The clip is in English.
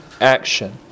action